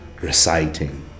reciting